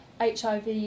HIV